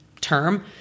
term